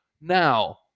Now